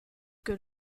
que